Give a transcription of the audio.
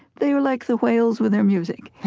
they were like the whales with their music.